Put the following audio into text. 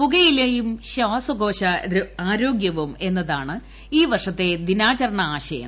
പുകയിലയും ശ്ചാസകോശ ആരോഗ്യവും എന്നതാണ് ഈ വർഷത്തെ ദിനാചരണ ആശയം